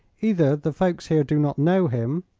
either the folks here do not know him,